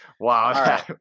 Wow